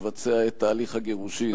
לבצע את תהליך הגירושים,